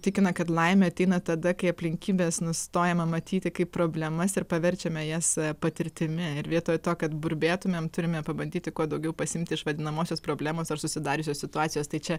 tikina kad laimė ateina tada kai aplinkybes nustojama matyti kaip problemas ir paverčiame jas patirtimi ir vietoj to kad burbėtumėm turime pabandyti kuo daugiau pasiimti iš vadinamosios problemos ar susidariusios situacijos tai čia